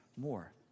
more